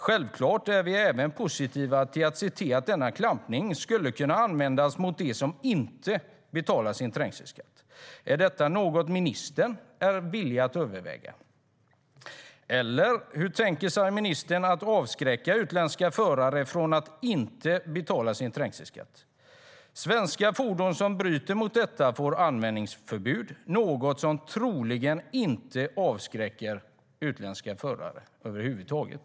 Självklart är vi även positiva till att denna klampning skulle kunna användas mot dem som inte betalar sin trängselskatt. Är detta något ministern är villig att överväga, eller hur tänker sig ministern att avskräcka utländska förare från att inte betala sin trängselskatt? Svenska fordon som bryter mot detta får användningsförbud, något som troligen inte avskräcker utländska förare över huvud taget.